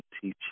teach